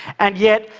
and yet,